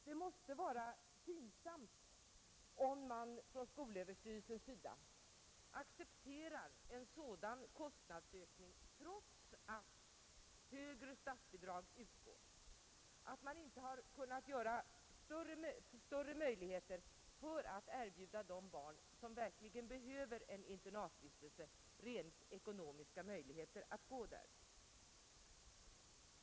Det måste vara pinsamt för skolöverstyrelsen att acceptera en sådan kostnad, trots att högre statsbidrag utgår. Man har inte kunnat göra mer för att erbjuda de barn som verkligen behöver en internatvistelse rent ekonomiska möjligheter härtill.